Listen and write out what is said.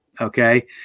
Okay